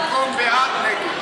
במקום בעד, נגד.